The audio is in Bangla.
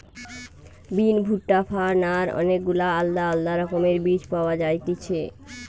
বিন, ভুট্টা, ফার্ন আর অনেক গুলা আলদা আলদা রকমের বীজ পাওয়া যায়তিছে